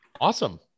awesome